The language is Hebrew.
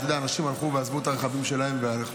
אתה יודע, אנשים הלכו, עזבו את הרכבים שלהם והלכו,